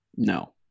No